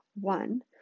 One